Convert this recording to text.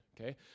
okay